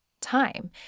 time